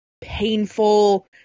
painful